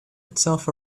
itself